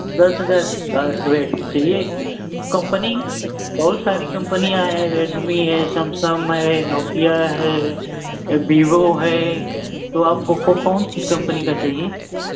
दस हज़ार का रेट में चाहिए कम्पनी बहुत सारी कम्पनियाँ है रेडमी है समसम है नोकिया है बीबो है तो आपको कौन सी कम्पनी का चाहिए